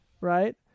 Right